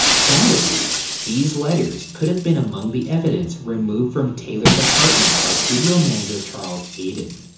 some believe these letters could have been among the evidence removed from taylor's apartment by studio manager charles eyton.